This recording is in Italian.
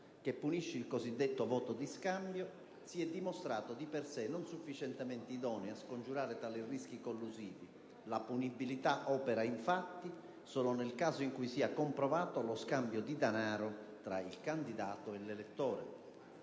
che punisce il cosiddetto voto di scambio, si è dimostrato di per sé non sufficientemente idoneo a scongiurare tali rischi collusivi: la fattispecie opera, infatti, solo nel caso in cui sia comprovato lo scambio di denaro tra il candidato e l'elettore.